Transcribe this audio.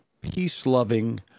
peace-loving